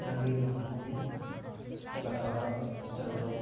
ᱰᱟᱹᱝᱨᱤ ᱢᱮᱨᱚᱢ ᱜᱩᱞᱤ ᱪᱟᱥ ᱟᱵᱟᱫᱽ ᱡᱟᱦᱟᱸ ᱫᱚ